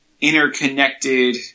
interconnected